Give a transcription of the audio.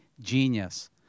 genius